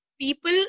people